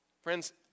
Friends